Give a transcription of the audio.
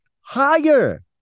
higher